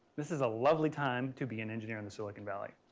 this is a lovely time to be an engineer in the silicon valley.